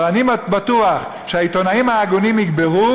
אני בטוח שהעיתונאים ההגונים יגברו